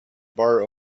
bar